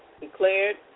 declared